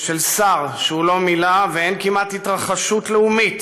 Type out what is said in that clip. של שר שהוא לא מילא, ואין כמעט התרחשות לאומית